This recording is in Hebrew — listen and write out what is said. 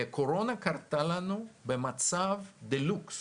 והקורונה קרתה לנו במצב דה לוקס